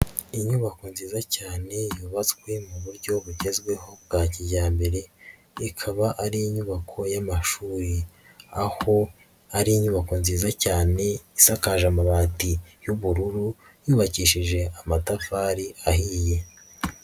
Inyubako nziza cyane yubatswe mu buryo bugezweho bwa kijyambere, ikaba ari inyubako y'amashuri, aho ari inyubako nziza cyane isakaje amabati y'ubururu, yubakishije amatafari ahiye.